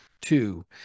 Two